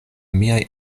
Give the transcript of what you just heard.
miaj